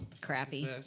crappy